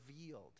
revealed